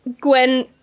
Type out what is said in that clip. gwen